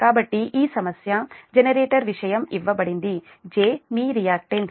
కాబట్టి ఈ సమస్య జెనరేటర్ విషయం ఇవ్వబడింది j మీ రియాక్టన్స్ j0